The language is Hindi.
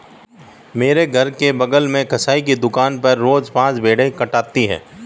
मेरे घर के बगल कसाई की दुकान पर रोज पांच भेड़ें कटाती है